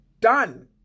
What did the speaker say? done